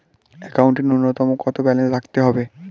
একাউন্টে নূন্যতম কত ব্যালেন্স রাখতে হবে?